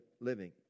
living